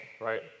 Right